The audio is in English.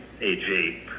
AG